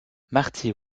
marty